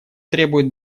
требует